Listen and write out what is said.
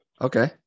Okay